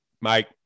Mike